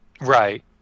Right